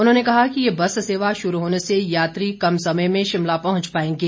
उन्होंने कहा कि ये बस सेवा शुरू होने से यात्री कम समय में शिमला पहुंच पाएंगे